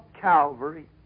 Calvary